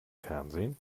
fernsehen